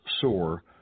sore